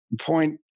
point